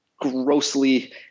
grossly –